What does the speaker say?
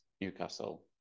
Newcastle